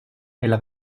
elle